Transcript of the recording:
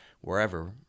wherever